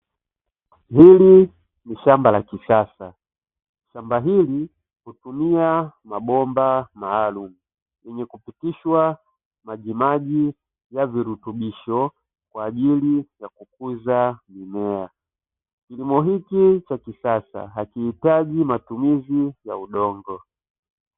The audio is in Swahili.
Hili ni shamba la kisasa shamba hili hutumia mabomba maalumu, yenye kupitishwa majimaji ya virutubisho kwa ajili ya kukuza mimea, kilimo hiki cha kisasa hakihitaji matumizi ya udongo.